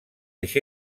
eix